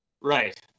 Right